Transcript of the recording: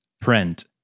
print